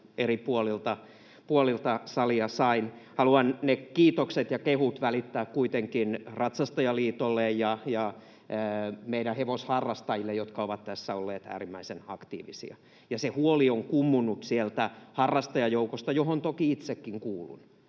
eri puolilta salia sain. Haluan ne kiitokset ja kehut välittää kuitenkin ratsastajaliitolle ja meidän hevosharrastajille, jotka ovat tässä olleet äärimmäisen aktiivisia. Se huoli on kummunnut sieltä harrastajajoukosta, johon toki itsekin kuulun